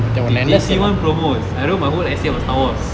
in J_C one promos I wrote my whole essay about star wars